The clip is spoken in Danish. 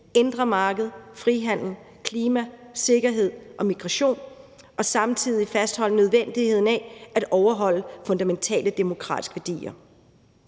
indre marked, frihandel, klima, sikkerhed og migration og om samtidig at fastholde nødvendigheden af at leve op til fundamentale demokratiske værdier.